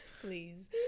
please